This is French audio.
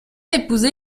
épousé